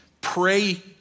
Pray